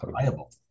viable